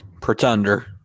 Pretender